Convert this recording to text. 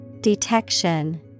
Detection